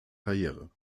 karriere